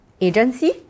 agency